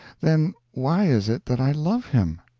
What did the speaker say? then why is it that i love him?